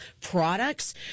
products